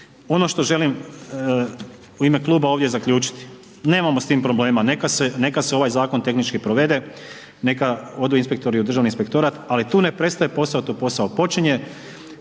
Ono što želim u ime kluba ovdje zaključiti nemamo s tim problema neka se, neka se ovaj zakon tehnički provede, neka odu inspektori u Državni inspektorat, ali tu ne prestaje posao, tu posao počinje